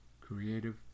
creative